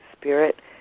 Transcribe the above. Spirit